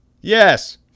Yes